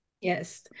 Yes